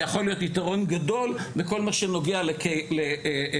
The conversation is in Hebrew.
יכול להיות יתרון גדול בכל מה שנוגע למגוון